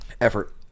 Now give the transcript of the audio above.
Effort